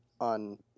on